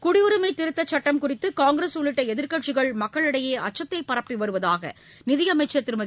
குடியுரிமை திருத்தச் சுட்டம் குறித்து காங்கிரஸ் உள்ளிட்ட எதிர்க்கட்சிகள் மக்களிடையே அச்சத்தை பரப்பி வருவதாக நிதியமைச்சர் திருமதி